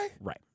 Right